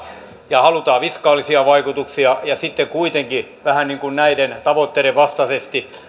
ja halutaan fiskaalisia vaikutuksia ja sitten kuitenkin vähän niin kuin näiden tavoitteiden vastaisesti